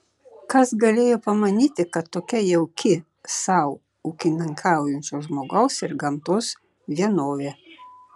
kas galėjo pamanyti kad tokia jauki sau ūkininkaujančio žmogaus ir gamtos vienovė